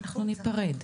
אנחנו ניפרד,